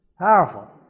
Powerful